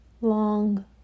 long